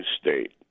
state